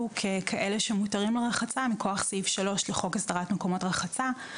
ככאלה שמותרים לרחצה מכוח סעיף 3 לחוק הסדרת מקומות רחצה.